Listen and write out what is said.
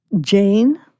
Jane